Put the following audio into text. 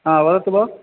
वदतु भोः